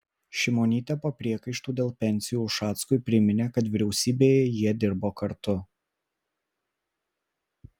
šimonytė po priekaištų dėl pensijų ušackui priminė kad vyriausybėje jie dirbo kartu